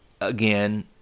again